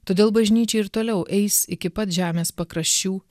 todėl bažnyčia ir toliau eis iki pat žemės pakraščių